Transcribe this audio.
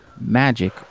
Magic